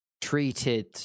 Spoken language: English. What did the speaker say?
treated